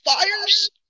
fires